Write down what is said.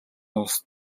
улс